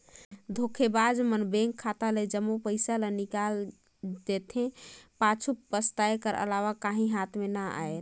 धोखेबाज मन बेंक खाता ले जम्मो पइसा ल निकाल जेथे, पाछू पसताए कर अलावा काहीं हाथ में ना आए